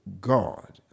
God